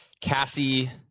Cassie